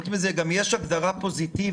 חוץ מזה גם יש הגדרה פוזיטיבית.